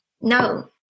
No